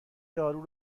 دارو